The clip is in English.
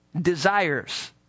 desires